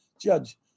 judge